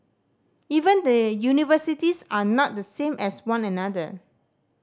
even the universities are not the same as one another